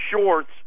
shorts